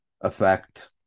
Effect